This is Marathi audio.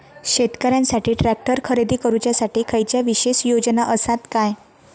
शेतकऱ्यांकसाठी ट्रॅक्टर खरेदी करुच्या साठी खयच्या विशेष योजना असात काय?